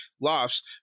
lofts